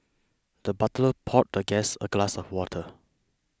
the butler poured the guest a glass of water